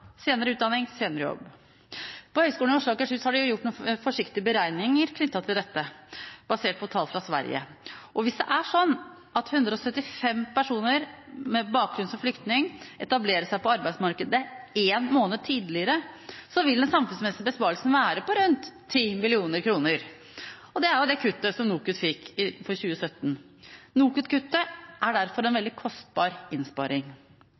senere i utdanning, senere i jobb. På Høgskolen i Oslo og Akershus har de gjort noen forsiktige beregninger knyttet til dette basert på tall fra Sverige. Hvis det er sånn at 175 personer med bakgrunn som flyktning etablerer seg på arbeidsmarkedet én måned tidligere, vil den samfunnsmessige besparelsen være på rundt 10 mill. kr. Og det er jo det kuttet som NOKUT fikk for 2017. NOKUT-kuttet er derfor en veldig kostbar innsparing.